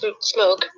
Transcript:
smoke